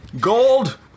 Gold